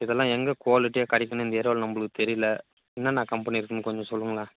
இதெல்லாம் எங்கே குவாலிட்டியாக கிடைக்கும்னு இந்த ஏரியாவில் நம்மளுக்கு தெரியல என்னென்னா கம்பனி இருக்கும்னு கொஞ்சம் சொல்லுங்களேன்